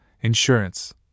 insurance